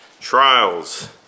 trials